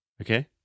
Okay